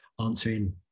answering